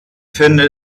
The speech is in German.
finde